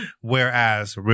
Whereas